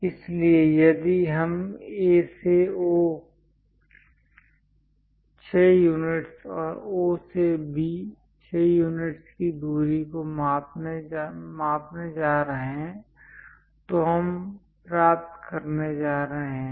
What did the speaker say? इसलिए यदि हम A से O 6 यूनिट्स और O से B 6 यूनिट्स की दूरी को मापने जा रहे हैं तो हम प्राप्त करने जा रहे हैं